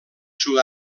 sud